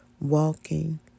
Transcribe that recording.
walking